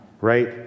right